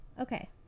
Okay